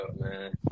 man